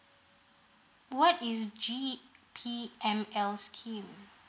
what is G_P_M_L scheme